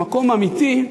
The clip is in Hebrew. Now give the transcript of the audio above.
ממקום אמיתי,